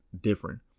different